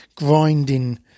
grinding